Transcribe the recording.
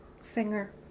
singer